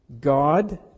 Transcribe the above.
God